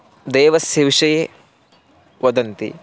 देवस्य विषये वदन्ति